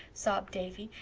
sobbed davy,